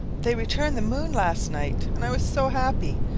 they returned the moon last night, and i was so happy!